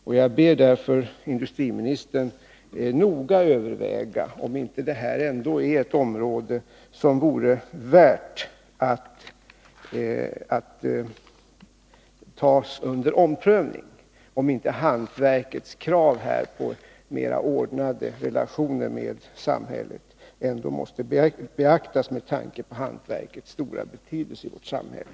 Och jag ber därför industriministern att noga överväga om inte denna fråga ändå är värd att tas under omprövning, om inte hantverkets krav på mer ordnade relationer med samhället måste beaktas, med tanke på hantverkets stora betydelse i vårt samhälle.